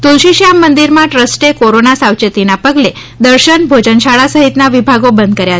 તુલસીશ્યામ મંદિરમાં ટ્રસ્ટે કોરોના સાવયેતીના પગલે દર્શન ભોજનશાળા સહિતના વિભાગો બંધ કર્યા